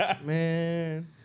man